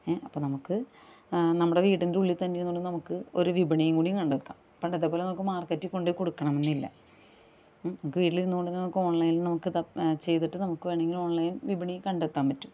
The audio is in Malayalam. ഏ അപ്പം നമുക്ക് നമ്മുടെ വീടിന്റെ ഉള്ളിൽ തന്നെ ഇരുന്നുകൊണ്ട് നമുക്ക് ഒരു വിപണി കൂടി കണ്ടെത്താം പണ്ടത്തെപ്പോലെ നമുക്ക് മാർക്കെറ്റിൽ കൊണ്ടുപോയി കൊടുക്കണം എന്നില്ല മ് നമുക്ക് വീട്ടിലിരുന്നുകൊണ്ട് തന്നെ നമുക്ക് ഓൺലൈൻ നമുക്ക് ചെയ്തിട്ട് നമുക്ക് വേണമെങ്കിൽ ഓൺലൈൻ വിപണി കണ്ടെത്താന് പറ്റും